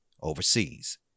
overseas